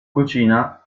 cucina